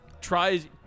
tries